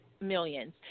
millions